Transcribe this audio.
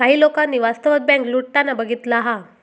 काही लोकांनी वास्तवात बँक लुटताना बघितला हा